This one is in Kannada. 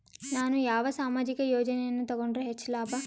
ನಾನು ಯಾವ ಸಾಮಾಜಿಕ ಯೋಜನೆಯನ್ನು ತಗೊಂಡರ ಹೆಚ್ಚು ಲಾಭ?